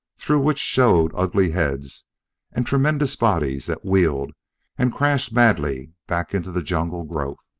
through which showed ugly heads and tremendous bodies that wheeled and crashed madly back into the jungle growth.